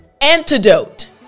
Antidote